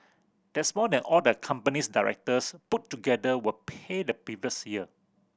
that's more than all the company's directors put together were paid the previous year